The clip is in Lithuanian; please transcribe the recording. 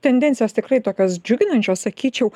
tendencijos tikrai tokios džiuginančios sakyčiau